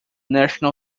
national